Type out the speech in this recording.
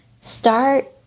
start